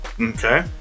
Okay